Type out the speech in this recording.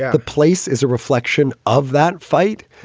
the place is a reflection of that fight,